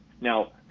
Now